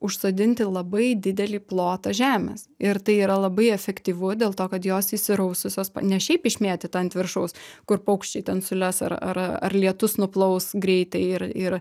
užsodinti labai didelį plotą žemės ir tai yra labai efektyvu dėl to kad jos įsiraususios ne šiaip išmėtyta ant viršaus kur paukščiai ten siūles ar ar ar lietus nuplaus greitai ir ir